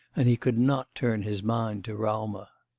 and he could not turn his mind to raumer.